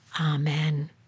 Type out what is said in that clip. Amen